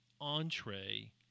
entree